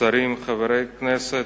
שרים, חברי כנסת,